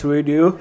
Radio